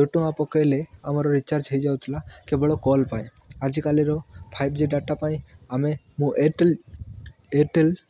ଦୁଇ ଟଙ୍କା ପକେଇଲେ ଆମର ରିଚାର୍ଜ ହେଇଯାଉଥିଲା କେବଳ କଲ୍ ପାଇଁ ଆଜିକାଲିର ଫାଇବ୍ ଜି ଡାଟା ପାଇଁ ଆମେ ମୁଁ ଏୟାରଟେଲ୍ ଏୟାରଟେଲ୍